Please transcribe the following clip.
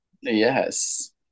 Yes